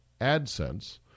AdSense